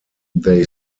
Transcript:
they